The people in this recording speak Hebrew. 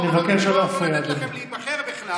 לא לתת לכם להיבחר בכלל,